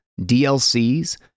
DLCs